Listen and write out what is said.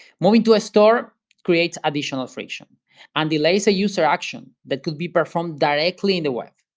moving to a store creates additional friction and delays a user action that could be performed directly in the web.